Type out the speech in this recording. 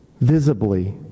Visibly